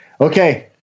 Okay